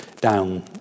down